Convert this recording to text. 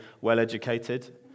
well-educated